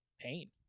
pain